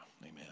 Amen